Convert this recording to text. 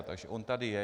Takže on tady je.